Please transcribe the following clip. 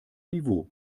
niveau